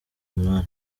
umunani